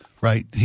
Right